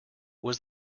was